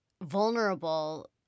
vulnerable